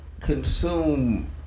consume